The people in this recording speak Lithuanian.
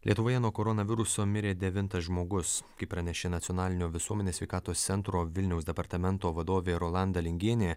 lietuvoje nuo koronaviruso mirė devintas žmogus kaip pranešė nacionalinio visuomenės sveikatos centro vilniaus departamento vadovė rolanda lingienė